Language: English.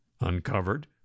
uncovered